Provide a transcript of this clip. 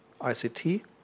ICT